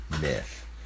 myth